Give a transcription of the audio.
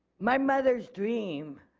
my mother's dream